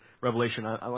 Revelation